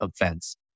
events